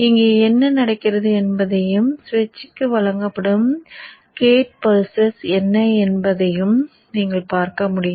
இங்கே என்ன நடக்கிறது என்பதையும் சுவிட்சுக்கு வழங்கப்படும் கேட் பல்சஸ் என்ன என்பதையும் நீங்கள் பார்க்க முடியும்